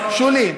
שולי,